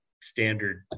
standard